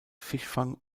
fischfang